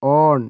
on